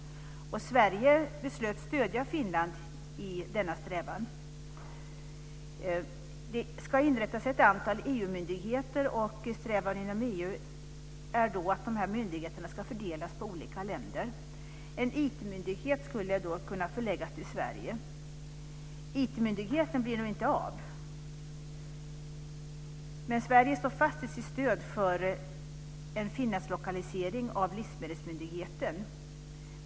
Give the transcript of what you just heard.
Sverige beslutade stödja Finland i denna strävan. Det ska inrättas ett antal EU-myndigheter. Strävan inom EU är att de här myndigheterna ska fördelas på olika länder. En IT-myndighet skulle kunna förläggas till Sverige. IT-myndigheten blir nu inte av, men Sverige står fast vid sitt stöd för en lokalisering av livsmedelsmyndigheten till Finland.